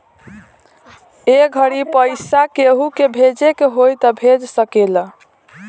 ए घड़ी पइसा केहु के भेजे के होई त भेज सकेल